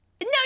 No